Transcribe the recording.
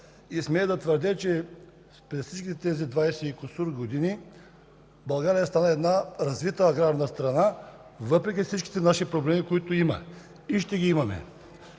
и смея да твърдя, че през всички тези 20 и кусур години България стана една развита аграрна страна, въпреки всичките наши проблеми, които имаме и ще ги имаме.